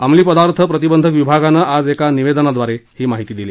अंमली पदार्थ प्रतिबंधक विभागानं आज एका निवेदनाद्वारे ही माहिती दिली